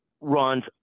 runs